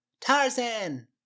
Tarzan